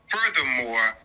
Furthermore